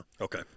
Okay